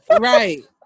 Right